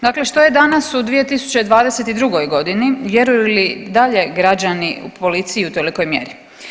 Dakle što je danas u 2022.g., vjeruju li i dalje građani u policiju u tolikoj mjeri?